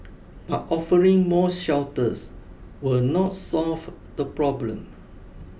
but offering more shelters will not solve the problem